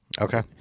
Okay